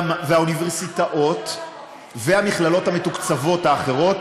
והאוניברסיטאות והמכללות המתוקצבות האחרות